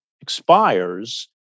expires